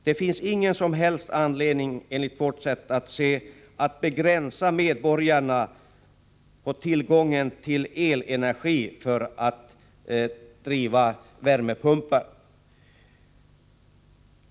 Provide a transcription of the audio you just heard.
Det finns ingen som helst anledning, enligt vårt synsätt, att begränsa medborgarnas tillgång på elenergi för att driva värmepumpar.